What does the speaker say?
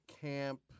camp